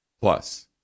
Plus